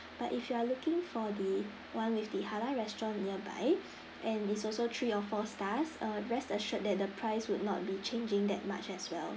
but if you are looking for the one with the halal restaurant nearby and it's also three or four stars uh rest assured that the price would not be changing that much as well